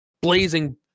blazing